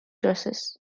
dresses